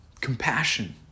compassion